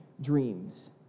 dreams